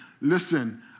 listen